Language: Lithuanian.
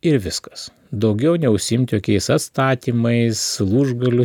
ir viskas daugiau neužsiimti jokiais atstatymais lūžgalių